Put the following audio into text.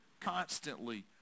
constantly